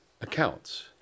accounts